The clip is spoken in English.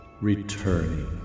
returning